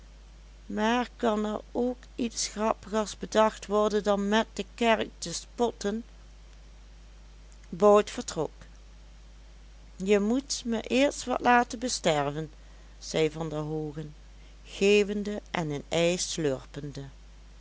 maar kan er ook iets grappigers bedacht worden dan met de kerk te spotten bout vertrok je moet me eerst wat laten besterven zei van der hoogen geeuwende en een ei slurpende